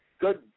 Good